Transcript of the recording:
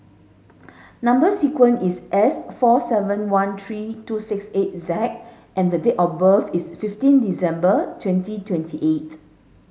number sequence is S four seven one three two six eight Z and the date of birth is fifteen December twenty twenty eight